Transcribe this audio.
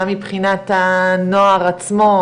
גם מבחינת הנוער עצמו,